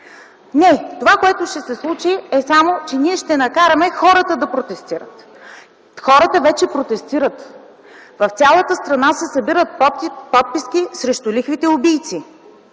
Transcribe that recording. Това, което ще се случи, е ние само да накараме хората да протестират. Хората вече протестират. В цялата страна се събират подписи срещу лихвите-убийци.